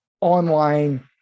online